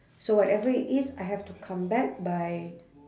so whatever it is I have to come back by